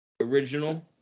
original